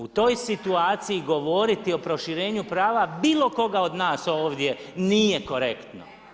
U toj situaciji govoriti o proširenju prava bilo koga od nas ovdje nije korektno.